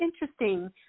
interesting